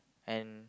and